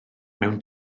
mewn